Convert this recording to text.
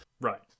Right